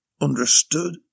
Understood